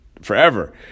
forever